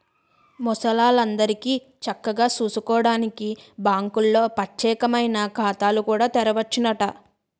ముసలాల్లందరికీ చక్కగా సూసుకోడానికి బాంకుల్లో పచ్చేకమైన ఖాతాలు కూడా తెరవచ్చునట